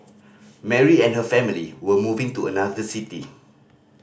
Mary and her family were moving to another city